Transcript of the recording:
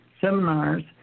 seminars